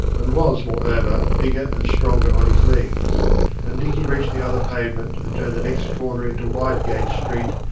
and was, moreover, bigger, and stronger on his legs and dicky reached the other pavement and turned the next corner into wide gate street,